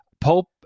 Pope